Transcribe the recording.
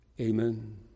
Amen